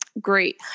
Great